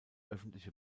öffentliche